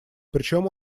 причем